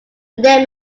where